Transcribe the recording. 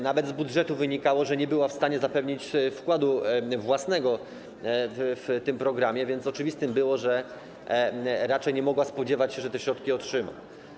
Nawet z budżetu wynikało, że nie była w stanie zapewnić wkładu własnego w tym programie, więc oczywiste było, że raczej nie mogła spodziewać się, że te środki otrzyma.